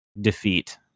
defeat